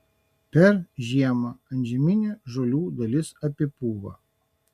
per žiemą antžeminė žolių dalis apipūva